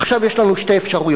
עכשיו יש לנו שתי אפשרויות,